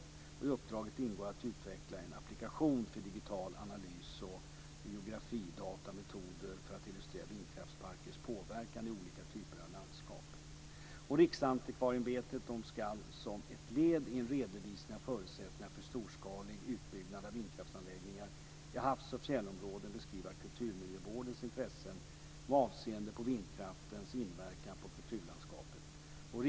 I uppdraget ingår att utveckla en applikation för digital analys och geografidatametoder för att illustrera vindkraftsparkers påverkan i olika typer av landskap. Riksantikvarieämbetet ska, som ett led i en redovisning av förutsättningarna för storskalig utbyggnad av vindkraftsanläggningar i havs och fjällområden, beskriva kulturmiljövårdens intressen med avseende på vindkraftens inverkan på kulturlandskapet.